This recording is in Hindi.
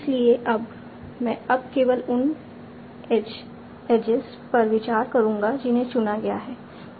इसलिए अब मैं अब केवल उन एजेज पर विचार करूंगा जिन्हें चुना गया है